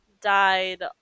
died